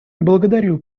благодарю